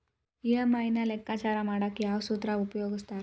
EMI ನ ಲೆಕ್ಕಾಚಾರ ಮಾಡಕ ಯಾವ್ ಸೂತ್ರ ಉಪಯೋಗಿಸ್ತಾರ